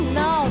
no